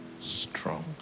strong